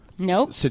Nope